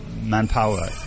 manpower